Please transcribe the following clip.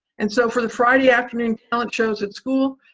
and so for the friday afternoon talent shows at school,